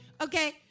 Okay